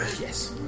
Yes